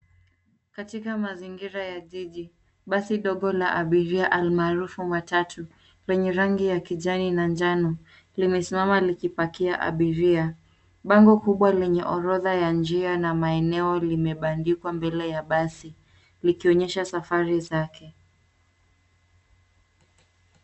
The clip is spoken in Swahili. Katika mazingira ya jiji basi dogo la abiria almaarufu matatu lenye rangi ya kijani na njano limesimama likipakia abiria. Bango kubwa lenye orodha ya njia na maeneo limebadindikwa mbele ya basi likionyesha safari yake.